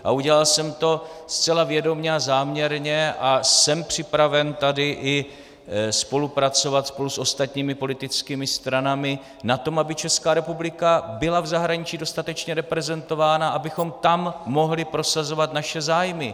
A udělal jsem to zcela vědomě a záměrně a jsem připraven tady i spolupracovat spolu s ostatními politickými stranami na tom, aby Česká republika byla v zahraničí dostatečně reprezentována, abychom tam mohli prosazovat naše zájmy.